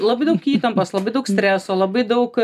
labai daug įtampos labai daug streso labai daug